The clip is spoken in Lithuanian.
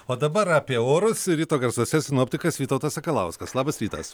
o dabar apie orus ryto garsuose sinoptikas vytautas sakalauskas labas rytas